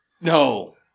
No